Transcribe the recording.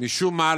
משום מה,